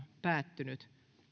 päättynyt